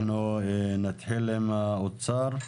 אנחנו נתחיל עם האוצר.